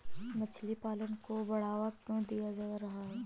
मछली पालन को बढ़ावा क्यों दिया जा रहा है?